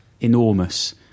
enormous